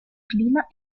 clima